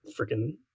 freaking